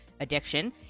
addiction